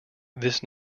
this